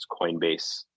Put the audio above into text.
Coinbase